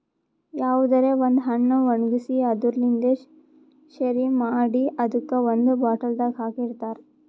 ಯಾವುದರೆ ಒಂದ್ ಹಣ್ಣ ಒಣ್ಗಿಸಿ ಅದುರ್ ಲಿಂತ್ ಶೆರಿ ಮಾಡಿ ಅದುಕ್ ಒಂದ್ ಬಾಟಲ್ದಾಗ್ ಹಾಕಿ ಇಡ್ತಾರ್